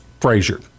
Frazier